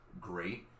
great